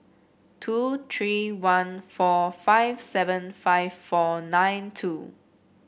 two three one four five seven five four nine two